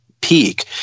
peak